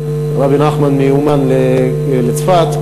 רבי נחמן מאומן לצפת.